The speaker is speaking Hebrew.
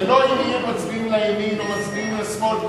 זה לא אם יהיו מצביעים לימין, או מצביעים לשמאל.